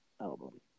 album